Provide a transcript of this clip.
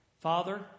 Father